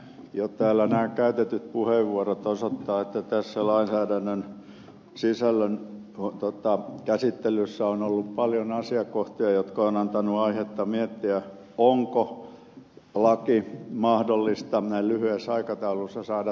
jo täällä nämä käytetyt puheenvuorot osoittavat että tässä lainsäädännön sisällön käsittelyssä on ollut paljon asiakohtia jotka ovat antaneet aihetta miettiä onko laki mahdollista näin lyhyessä aikataulussa saada toimivaan kuntoon